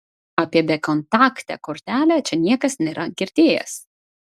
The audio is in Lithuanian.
apie bekontaktę kortelę čia niekas nėra girdėjęs